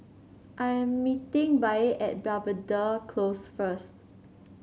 I am meeting Bea at Belvedere Close first